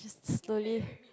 just slowly